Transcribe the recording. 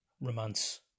romance